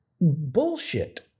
bullshit